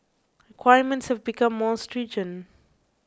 requirements become more stringent